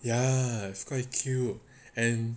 ya it's quite cute and